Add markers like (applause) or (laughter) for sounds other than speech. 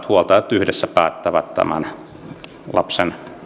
(unintelligible) huoltajat yhdessä päättävät lapsen